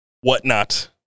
whatnot